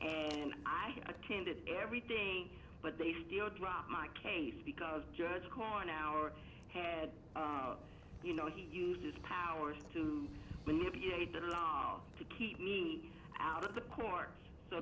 and i attended everything but they still dropped my case because judge calling our head you know he used his power to manipulate the law to keep me out of the court so